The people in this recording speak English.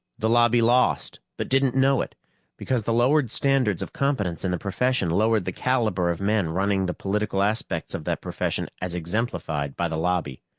the lobby lost, but didn't know it because the lowered standards of competence in the profession lowered the caliber of men running the political aspects of that profession as exemplified by the lobby.